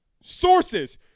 Sources